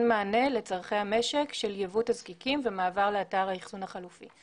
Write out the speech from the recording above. מענה לצרכי המשק של יבוא תזקיקים ומעבר לאתר האחסון החלופי.